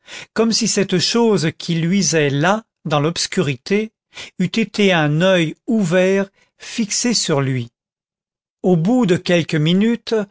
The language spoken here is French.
comme si cette chose qui luisait là dans l'obscurité eût été un oeil ouvert fixé sur lui au bout de quelques minutes